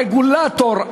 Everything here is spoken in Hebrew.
הרגולטור,